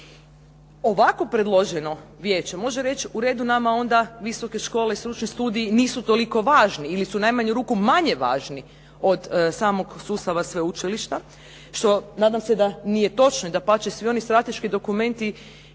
Ovako predloženo vijeće može reći, u redu, nama onda visoke škole i stručni studiji nisu toliko važni ili su u najmanju ruku manje važni od samog sustava sveučilišta, što nadam se da nije točno i dapače, svi oni strateški dokumenti